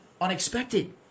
unexpected